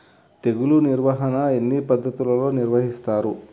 తెగులు నిర్వాహణ ఎన్ని పద్ధతులలో నిర్వహిస్తారు?